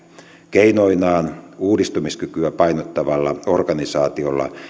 keinoinaan uudistumiskykyä painottavalla organisaatiolla